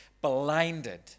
blinded